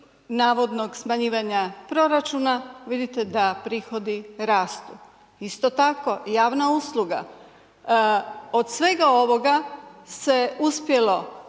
navodnog smanjivanja proračuna, vidite da prihodi rastu, isto tako, javna usluga. Od svega ovog se uspjelo